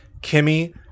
Kimmy